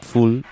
Full